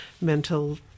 mental